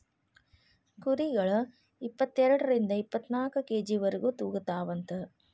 ಕುರಿಗಳ ಇಪ್ಪತೆರಡರಿಂದ ಇಪ್ಪತ್ತನಾಕ ಕೆ.ಜಿ ವರೆಗು ತೂಗತಾವಂತ